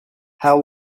how